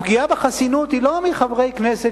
הפגיעה בחסינות היא לא מחברי כנסת